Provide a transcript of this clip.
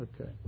Okay